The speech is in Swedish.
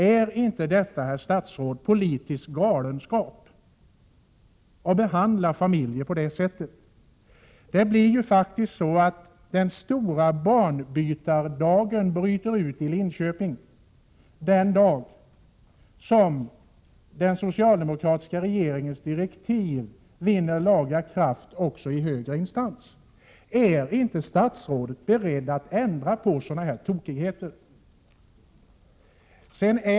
Är det inte, herr statsråd, politisk galenskap att behandla familjer på detta sätt? Det kommer faktiskt att bli så att den stora barnbytardagen bryter ut i Linköping när den socialdemokratiska regeringens direktiv vinner laga kraft också i högre instans. Är inte statsrådet beredd att ändra på sådana här tokigheter?